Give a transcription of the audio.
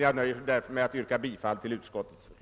Jag nöjer mig därför med att yrka bifall till utskottets förslag.